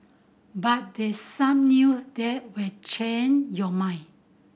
but there some new that will change your mind